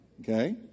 Okay